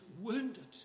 wounded